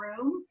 room